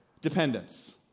dependence